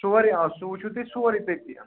سورُے آ سُہ وُچھُو تُہۍ سورُے تَتی یَن